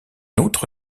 outre